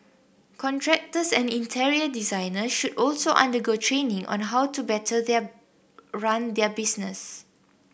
contractors and interior designer should also undergo training on how to better their run their business